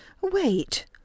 Wait